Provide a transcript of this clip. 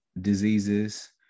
diseases